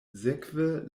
sekve